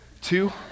Two